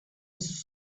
his